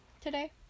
today